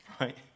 right